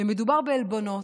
ומדובר בעלבונות,